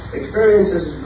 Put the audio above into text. experiences